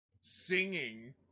singing